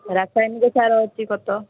ରାସାୟନିକ ସାର ଅଛି ଖତ